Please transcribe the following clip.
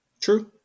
True